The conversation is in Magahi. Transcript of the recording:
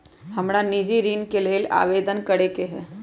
हमरा निजी ऋण के लेल आवेदन करै के हए